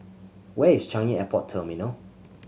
where is Changi Airport Terminal